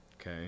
okay